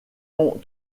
ont